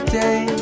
day